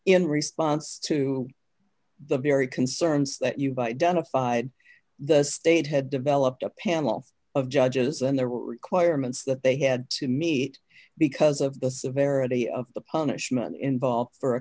in response to the very concerns that you by done a fide the state had developed a panel of judges and the requirements that they had to meet because of the severity of the punishment involved for a